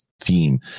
Theme